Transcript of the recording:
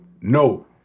No